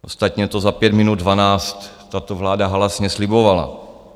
Ostatně to za pět minut dvanáct tato vláda halasně slibovala.